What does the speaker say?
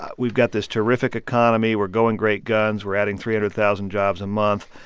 we've got this terrific economy. we're going great guns. we're adding three hundred thousand jobs a month.